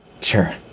Sure